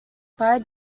fire